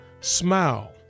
smile